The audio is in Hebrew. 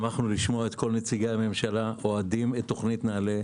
שמחנו לשמוע את כל נציגי המשלה אוהדים את תוכנית נעל"ה,